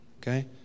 Okay